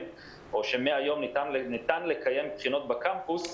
או שמהיום ניתן לקיים בחינות בקמפוס,